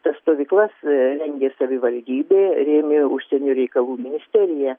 tas stovyklas rengė savivaldybė rėmė užsienio reikalų ministerija